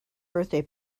birthday